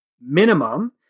minimum